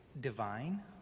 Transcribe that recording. divine